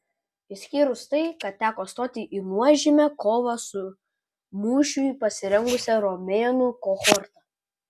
išskyrus tai kad teko stoti į nuožmią kovą su mūšiui pasirengusia romėnų kohorta